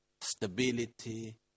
stability